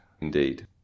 indeed